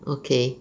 okay